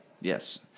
Yes